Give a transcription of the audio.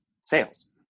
sales